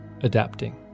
adapting